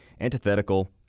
antithetical